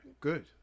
Good